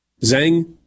Zhang